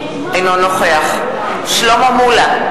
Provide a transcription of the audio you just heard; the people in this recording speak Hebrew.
אינו נוכח שלמה מולה,